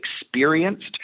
experienced